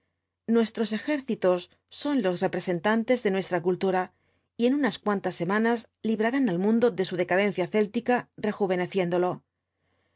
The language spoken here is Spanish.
nuestros ejércitos son los representantes de nuestra cultura y en unas cuantas semanas librarán al mundo de su decadencia céltica rejuveneciéndolo